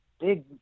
big